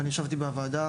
אני ישבתי בוועדה